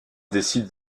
décide